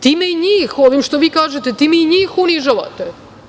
Time i njih, ovim što vi kažete, time i njih unižavate.